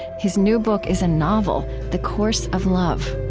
his new book is a novel, the course of love